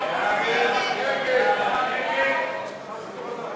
ההסתייגות לחלופין (א)